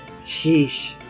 sheesh